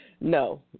no